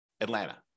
Atlanta